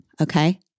Okay